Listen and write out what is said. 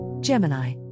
Gemini